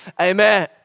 Amen